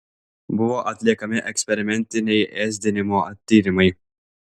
buvo atliekami eksperimentiniai ėsdinimo tyrimai